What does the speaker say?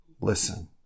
listen